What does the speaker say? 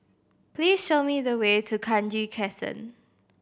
please show me the way to Kranji Crescent